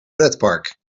pretpark